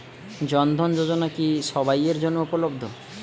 জন ধন যোজনা কি সবায়ের জন্য উপলব্ধ?